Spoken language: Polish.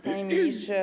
Panie Ministrze!